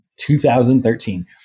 2013